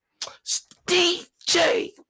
DJ